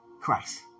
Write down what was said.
Christ